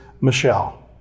Michelle